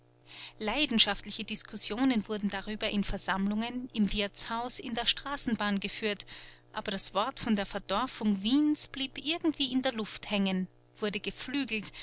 leidenschaftliche diskussionen wurden darüber in versammlungen im wirtshaus in der straßenbahn geführt aber das wort von der verdorfung wiens blieb irgendwie in der luft hängen wurde geflügelt